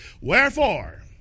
Wherefore